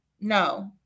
No